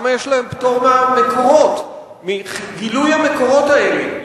למה יש להם פטור מגילוי המקורות האלה?